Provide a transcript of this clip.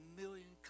million